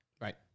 Right